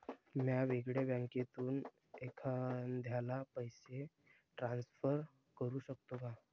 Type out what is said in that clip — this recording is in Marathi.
म्या वेगळ्या बँकेतून एखाद्याला पैसे ट्रान्सफर करू शकतो का?